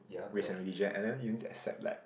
race and religion and then you need to accept like